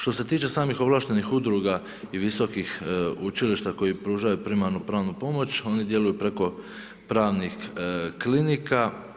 Što se tiče samih ovlaštenih udruga i visokih učilišta koji pružaju primarnu pravnu pomoć, oni djeluju preko pravnih klinika.